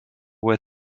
were